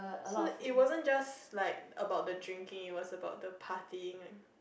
so it wasn't just like about the drinking it was about the partying